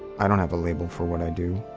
i don't have a label for what i do.